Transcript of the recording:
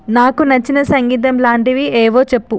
నాకు నచ్చిన సంగీతం లాంటివి ఏవో చెప్పు